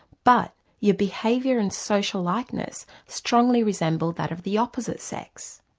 but your behaviour and social likeness strongly resemble that of the opposite sex.